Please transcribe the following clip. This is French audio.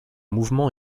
mouvement